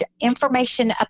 information